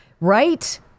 right